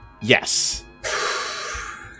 Yes